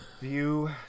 view